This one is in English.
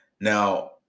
Now